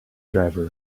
driver